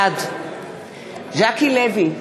בעד ז'קי לוי,